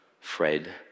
Fred